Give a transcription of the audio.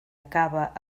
acabava